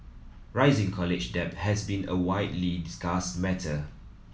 rising college debt has been a widely discussed matter